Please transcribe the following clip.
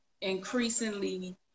increasingly